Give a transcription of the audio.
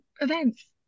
events